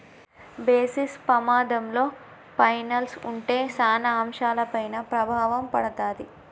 basis పమాధంలో పైనల్స్ ఉంటే సాన అంశాలపైన ప్రభావం పడతాది